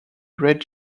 red